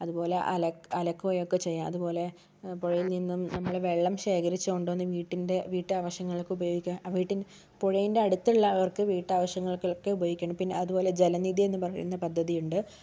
അതുപോലെ അലക്ക് അലക്കുകയൊക്കെ ചെയ്യാം അതുപോലെ പുഴയിൽ നിന്നും നമ്മള് വെള്ളം ശേഖരിച്ച് കൊണ്ടുവന്ന് വീട്ടിൻ്റെ വീട്ടാവശ്യങ്ങൾക്ക് ഉപയോഗിക്കാം വീട്ട് പുഴേൻ്റെ അടുത്തുള്ളവർക്ക് വീട്ടാവശ്യങ്ങൾക്കൊക്കെ ഉപയോഗിക്കണം പിന്നെ അതുപോലെ ജലനിധിന്ന് പറയുന്ന പദ്ധതിയുണ്ട്